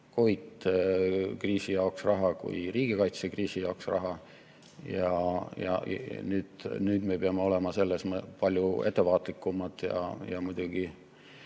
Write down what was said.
kriisi jaoks kui ka riigikaitse kriisi jaoks. Nüüd me peame olema selles palju ettevaatlikumad. Ja muidugi